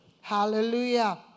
Hallelujah